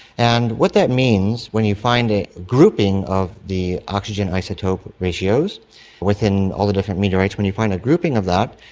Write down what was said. and what that means when you find a grouping of the oxygen isotope ratios within all the different meteorites, when you find a grouping of that,